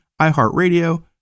iHeartRadio